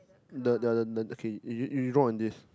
the the the the okay you you draw on this